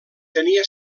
tenia